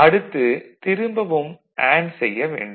அடுத்து திரும்பவும் அண்டு செய்ய வேண்டும்